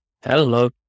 Hello